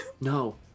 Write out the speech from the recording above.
No